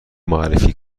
معرفی